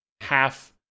half